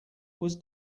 was